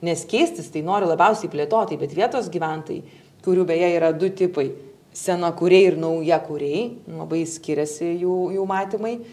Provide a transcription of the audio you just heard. nes keistis tai nori labiausiai plėtotojai bet vietos gyventojai kurių beje yra du tipai senakuriai ir naujakuriai labai skiriasi jų jų matymai